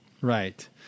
Right